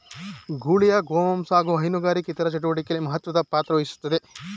ಗೂಳಿಯು ಗೋಮಾಂಸ ಹಾಗು ಹೈನುಗಾರಿಕೆ ಇತರ ಚಟುವಟಿಕೆಲಿ ಮಹತ್ವ ಪಾತ್ರವಹಿಸ್ತದೆ